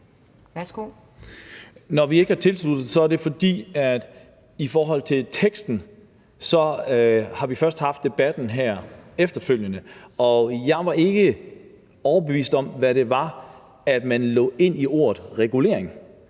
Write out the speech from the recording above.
Når vi ikke har tilsluttet os den, er det, fordi vi i forhold til teksten først har haft debatten her efterfølgende. Og jeg var ikke overbevist om, hvad det var, man lagde ind i ordet regulering.